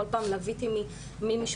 כל פעם לוויתי ממשפחה,